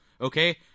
okay